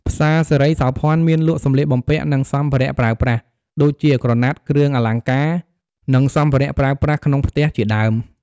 ផ្សារសិរីសោភ័ណមានលក់ សម្លៀកបំពាក់ និងសម្ភារៈប្រើប្រាស់ ដូចជាក្រណាត់ គ្រឿងអលង្ការ និងសម្ភារៈប្រើប្រាស់ក្នុងផ្ទះជាដើម។